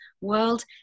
world